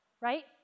right